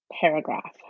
paragraph